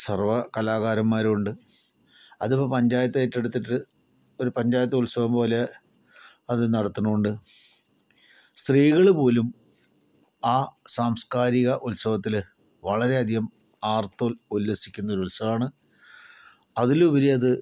സർവ്വകലാകാരന്മാരും ഉണ്ട് അതിപ്പോൾ പഞ്ചായത്ത് ഏറ്റെടുത്തിട്ട് ഒരു പഞ്ചായത്ത് ഉത്സവം പോലെ അത് നടത്തണൂണ്ട് സ്ത്രീകൾ പോലും ആ സാംസ്കാരിക ഉത്സവത്തിന് വളരെയധികം ആർത്തു ഉല്ലസിക്കുന്ന ഒരു ഉത്സവമാണ് അതിലുപരി അത്